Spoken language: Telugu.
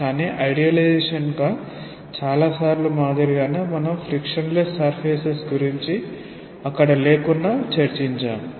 కానీ ఐడియలైజేషన్ గా చాలా సార్లు మాదిరిగానే మనం ఫ్రిక్షన్లెస్ సర్ఫేసెస్ గురించి అక్కడ లేకున్నా చర్చించాము